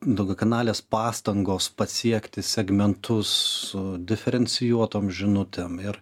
daugiakanalės pastangos pasiekti segmentus su diferencijuotom žinutėm ir